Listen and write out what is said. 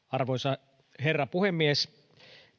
arvoisa herra puhemies